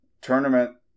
tournament